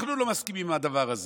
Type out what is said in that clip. אנחנו לא מסכימים עם הדבר הזה.